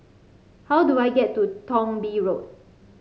how do I get to Thong Bee Road